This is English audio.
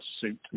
suit